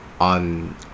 on